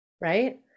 right